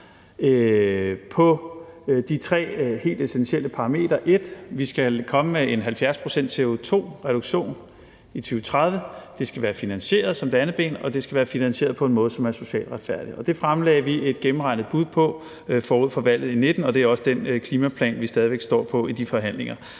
på de tre helt essentielle parametre: 1) Vi skal komme med en 70-procents-CO2-reduktion i 2030, 2) det skal være finansieret, og 3) det skal være finansieret på en måde, som er socialt retfærdig. Det fremlagde vi et gennemregnet bud på forud for valget i 2019, og det er også den klimaplan, som stadig væk er det grundlag,